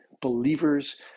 believers